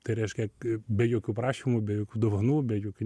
tai reiškia be jokių prašymų be jokių dovanų be jokių